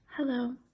Hello